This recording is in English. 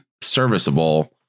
serviceable